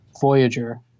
Voyager